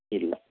ഇല്ല